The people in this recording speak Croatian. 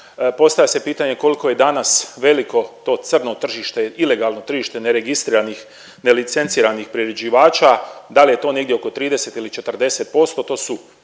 postavlja se pitanje koliko je danas veliko to crno tržište, ilegalno tržište neregistriranih, nelicenciranih priređivača, da li je to negdje oko 30 ili 40%, to su